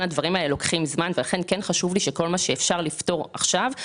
הדברים האלה אורכים זמן ולכן כן חשוב לי שכל מה שאפשר לפתור עכשיו,